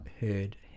heard